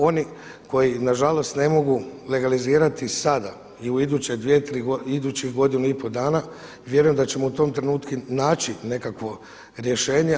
Oni koji na žalost ne mogu legalizirati sada i u idućih godinu i pol dana vjerujem da ćemo u tom trenutku naći nekakvo rješenje.